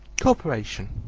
corporation,